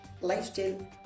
lifestyle